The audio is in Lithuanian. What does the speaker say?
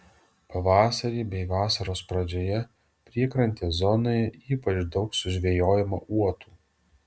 pavasarį bei vasaros pradžioje priekrantės zonoje ypač daug sužvejojama uotų